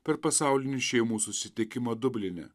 per pasaulinį šeimų susitikimą dubline